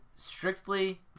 strictly